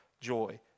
joy